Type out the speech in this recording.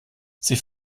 sie